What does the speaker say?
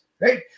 right